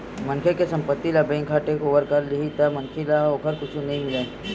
मनखे के संपत्ति ल बेंक ह टेकओवर कर लेही त मनखे ल ओखर कुछु नइ मिलय